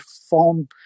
form